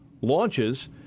launches